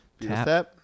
tap